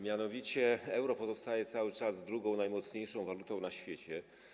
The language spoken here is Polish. Mianowicie euro pozostaje cały czas drugą najmocniejszą walutą na świecie.